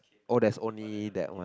oh there's only that one